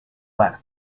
bar